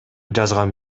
жазган